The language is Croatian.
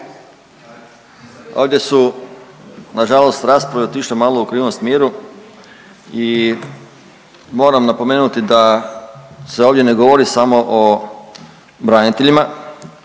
Ovdje su nažalost rasprave otišle malo u krivom smjeru i moram napomenuti da se ovdje ne govori samo o braniteljima,